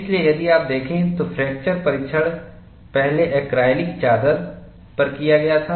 इसलिए यदि आप देखें तो फ्रैक्चर परीक्षण पहले ऐक्रेलिक चादर पर किया गया था